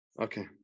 Okay